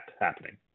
happening